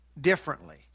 differently